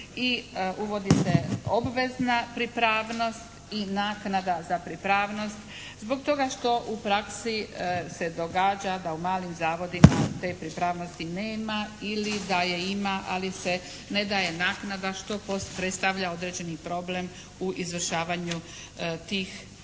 i uvodi se obvezna pripravnost i naknada za pripravnost zbog toga što u praksi se događa da u malim zavodima te pripravnosti nema. Ili da je ima ali se ne daje naknada što predstavlja određeni problem u izvršavanju tih poslova.